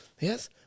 yes